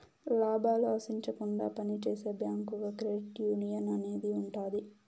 లాభాలు ఆశించకుండా పని చేసే బ్యాంకుగా క్రెడిట్ యునియన్ అనేది ఉంటది